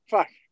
Fuck